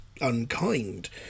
unkind